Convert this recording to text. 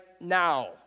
now